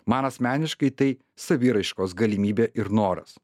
man asmeniškai tai saviraiškos galimybė ir noras